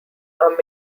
are